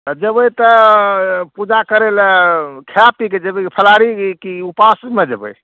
जएबै तऽ पूजा करैलए खै पीके जएबै फलहारी कि उपासमे जएबै